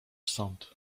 stąd